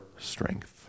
strength